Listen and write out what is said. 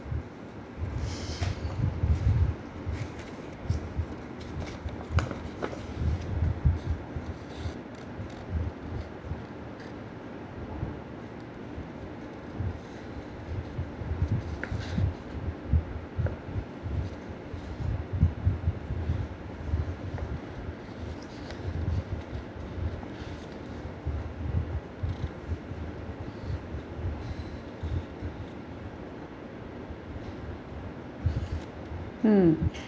hmm